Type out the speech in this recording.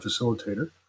facilitator